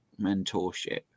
mentorship